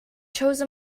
chose